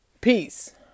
Peace